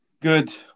Good